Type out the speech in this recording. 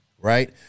right